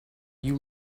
you